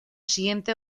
siguiente